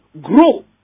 Grow